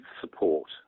support